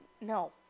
No